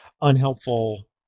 unhelpful